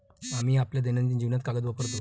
आम्ही आपल्या दैनंदिन जीवनात कागद वापरतो